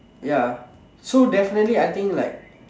ya so definitely I think like